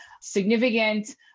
significant